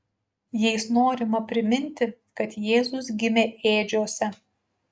jais norima priminti kad jėzus gimė ėdžiose